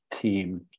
team